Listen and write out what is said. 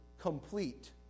complete